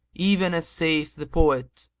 even as saith the poet,